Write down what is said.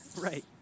Right